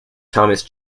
thomas